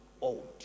old